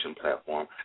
platform